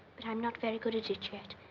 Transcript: but i'm not very good at it yet.